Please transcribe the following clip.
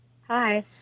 Hi